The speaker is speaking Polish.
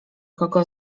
kogo